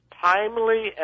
timely